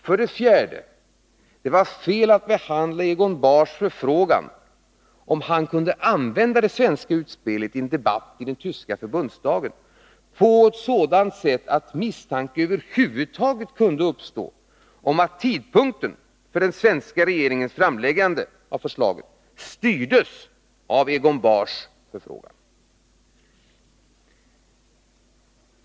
För det fjärde: Det var fel att behandla Egon Bahrs förfrågan om han kunde använda det svenska utspelet i en debatt i den tyska förbundsdagen på ett sådant sätt att misstanke över huvud taget kunde uppstå om att tidpunkten för den svenska regeringens framläggande av förslaget styrdes av Egon Bahrs förfrågan.